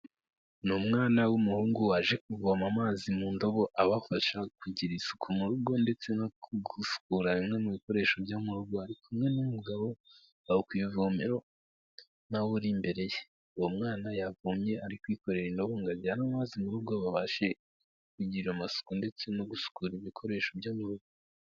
Ni umwana w'umuhungu waje kuvoma amazi mu ndobo, abafasha kugira isuku mu rugo ndetse no gusukura bimwe mu bikoresho byo mu rugo, ari kumwe n'umugabo aho ku ivomero nawe uri imbere ye, uwo mwana yavomye ari kwikorera indobo ngo ajyane amazi mu rugo babasha kugira amasuku ndetse no gusukura ibikoresho byo mu rugo.